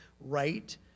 right